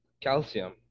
calcium